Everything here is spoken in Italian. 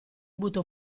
butto